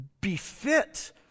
befit